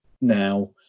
Now